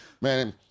Man